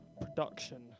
Production